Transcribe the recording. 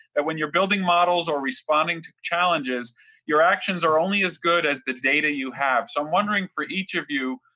that when you're building models or responding to challenges your actions are only as good as the data you have. so, i'm wondering for each of you,